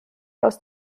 aus